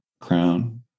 crown